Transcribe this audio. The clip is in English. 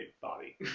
body